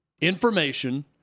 information